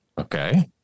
Okay